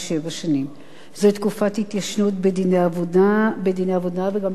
זאת תקופת התיישנות בדיני עבודה וגם בדיני ממונות בכלל.